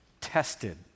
tested